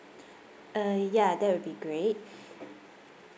uh ya that will be great